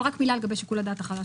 אבל רק מילה לגבי שיקול הדעת החלש.